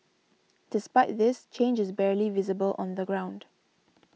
despite this change is barely visible on the ground